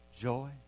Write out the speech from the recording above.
Joy